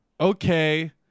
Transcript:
Okay